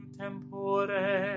tempore